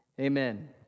Amen